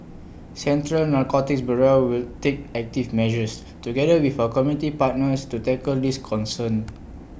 central narcotics bureau will take active measures together with our community partners to tackle this concern